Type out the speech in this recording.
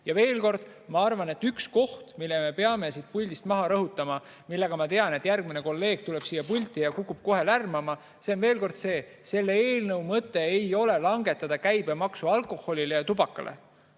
Ja veel kord, ma arvan, et üks koht, mida ma pean siit puldist rõhutama, sest ma tean, et järgmine kolleeg tuleb siia pulti ja kukub kohe lärmama, on see: selle eelnõu mõte ei ole langetada käibemaksu alkoholile ja tubakale.